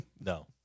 No